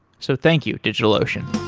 so thank you, digitalocean